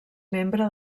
membre